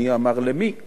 מי אמר למי ולמה,